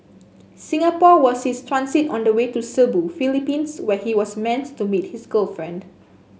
Singapore was his transit on the way to Cebu Philippines where he was meant to meet his girlfriend